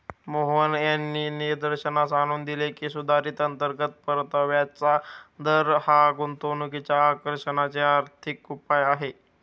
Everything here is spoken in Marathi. मोहन यांनी निदर्शनास आणून दिले की, सुधारित अंतर्गत परताव्याचा दर हा गुंतवणुकीच्या आकर्षणाचे आर्थिक उपाय आहे